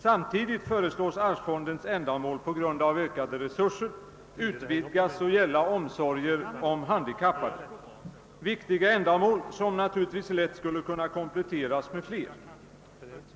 Samtidigt föreslås arvsfondens ändamål — på grund av ökade resurser — utvidgas att gälla omsorger om handikappade. Det är viktiga ändamål, som naturligtvis lätt skulle kunna kompletteras med fler.